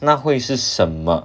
那会是什么